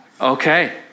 Okay